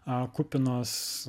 a kupinos